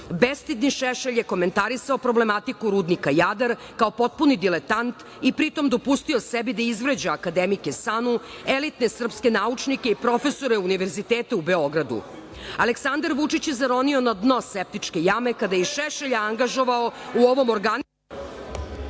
narod. Bestidni Šešelj je komentarisao problematiku rudnika Jadar, kao potpuni diletant i pri tom dopustio sebi da izvređa akademike SANU, elitne srpske naučnike i profesore univerziteta u Beogradu. Aleksandar Vučić je zaronio na dno septičke jame kada je i Šešelja angažovao u ovom….(